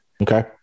Okay